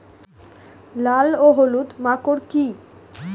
লাল ও হলুদ মাকর কী?